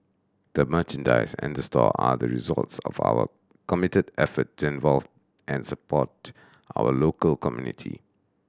the merchandise and the store are the results of our committed effort to involve and support our local community